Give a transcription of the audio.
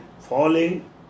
falling